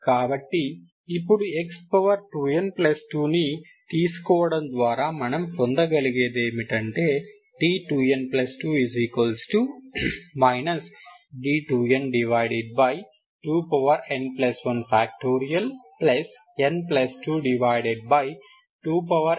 కాబట్టి ఇప్పుడు x2n2ని తీసుకోవడం ద్వారా మనం పొందగలిగేది ఏమిటంటే d2n2 d2n2n1